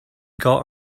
got